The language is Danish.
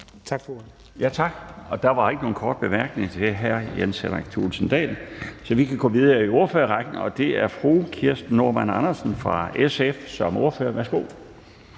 Laustsen): Tak. Der var ikke nogen korte bemærkninger til hr. Jens Henrik Thulesen Dahl, så vi kan gå videre i ordførerrækken, og det er nu fru Kirsten Normann Andersen som ordfører for SF.